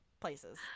places